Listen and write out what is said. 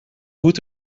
goed